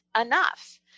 enough